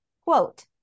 Quote